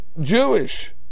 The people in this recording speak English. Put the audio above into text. Jewish